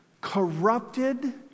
Corrupted